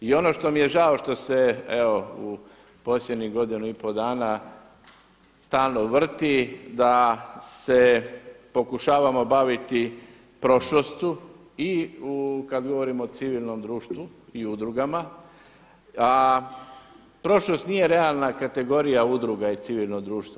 I ono što mi je žao što se evo u posljednjih godinu i pol dana stalno vrti da se pokušavamo baviti prošlošću i kada govorimo o civilnom društvu i udrugama, a prošlost nije realna kategorija udruga i civilnog društva.